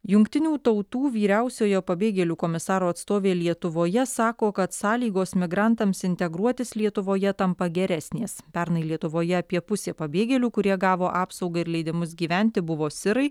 jungtinių tautų vyriausiojo pabėgėlių komisaro atstovė lietuvoje sako kad sąlygos migrantams integruotis lietuvoje tampa geresnės pernai lietuvoje apie pusė pabėgėlių kurie gavo apsaugą ir leidimus gyventi buvo sirai